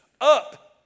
Up